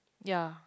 ya